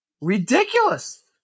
ridiculous